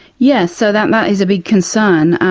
yes, so that that is a big concern,